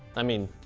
i mean